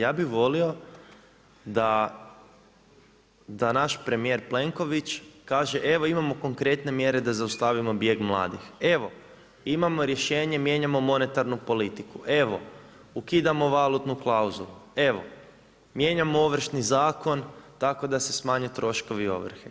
Ja bi volio da naš premijer Plenković kaže evo imamo konkretne mjere da zaustavimo bijeg mladih, evo, imamo rješenje, mijenjamo monetarnu politiku, evo ukidamo valutnu klauzulu, evo, mijenjamo Ovršni zakon, tako da se smanje troškovi ovrhe.